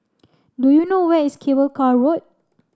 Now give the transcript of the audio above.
do you know where is Cable Car Road